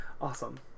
Awesome